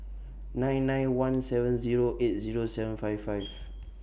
nine nine one seven Zero eight Zero seven five five